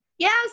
Yes